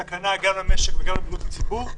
סכנה גם למשק וגם לבריאות הציבור,